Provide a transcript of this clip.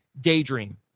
daydream